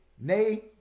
Nay